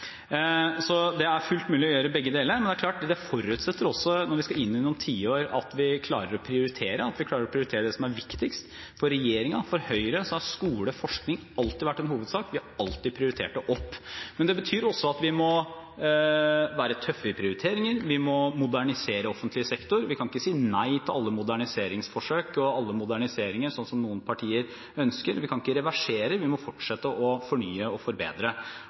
er fullt mulig å gjøre begge deler, men det er klart at det forutsetter også at vi inn i de neste tiårene klarer å prioritere det som er viktigst. For regjeringen, for Høyre, har skole og forskning alltid vært en hovedsak, vi har alltid prioritert det. Men det betyr også at vi må være tøffe i prioriteringene. Vi må modernisere offentlig sektor. Vi kan ikke si nei til alle moderniseringsforsøk og alle moderniseringer, som noen partier ønsker. Vi kan ikke reversere, vi må fortsette å fornye, forbedre og